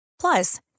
Plus